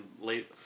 late